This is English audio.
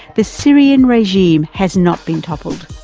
the syrian regime has not been toppled.